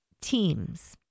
teams